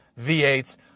V8s